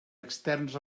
externs